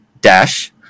dash